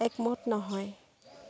একমত নহয়